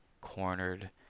cornered